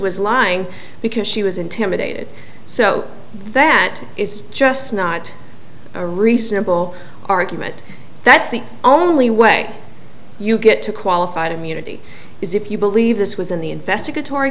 was lying because she was intimidated so that is just not a reasonable argument that's the only way you get to qualified immunity is if you believe this was in the investigat